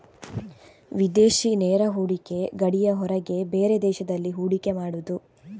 ವಿದೇಶಿ ನೇರ ಹೂಡಿಕೆ ಗಡಿಯ ಹೊರಗೆ ಬೇರೆ ದೇಶದಲ್ಲಿ ಹೂಡಿಕೆ ಮಾಡುದು